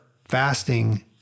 fasting